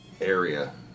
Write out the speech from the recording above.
area